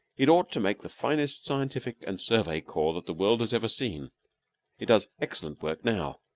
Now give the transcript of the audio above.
it ought to make the finest scientific and survey corps that the world has ever seen it does excellent work now,